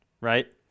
Right